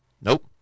Nope